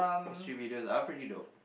mystery videos are pretty dope